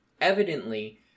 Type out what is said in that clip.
Evidently